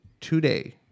today